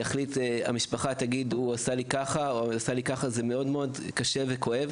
המשפחה תגיד "הוא עשה לי ככה" - זה מאוד-מאוד קשה וכואב,